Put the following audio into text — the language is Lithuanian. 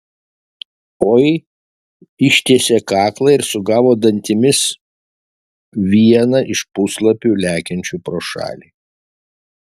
oi ištiesė kaklą ir sugavo dantimis vieną iš puslapių lekiančių pro šalį